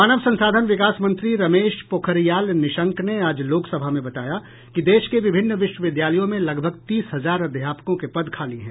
मानव संसाधन विकास मंत्री रमेश पोखरियाल निशंक ने आज लोकसभा में बताया कि देश के विभिन्न विश्वविद्यालयों में लगभग तीस हजार अध्यापकों के पद खाली हैं